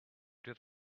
did